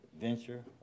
venture